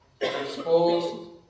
exposed